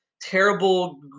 terrible